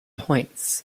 points